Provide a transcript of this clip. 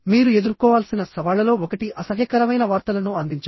మీరు ఎదుర్కోవాల్సిన సవాళ్లలో ఒకటి అసహ్యకరమైన వార్తలను అందించడం